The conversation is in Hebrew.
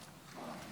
הפנים